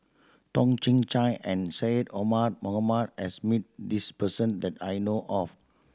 Toh Chin Chye and Syed Omar Mohamed has meet this person that I know of